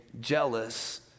jealous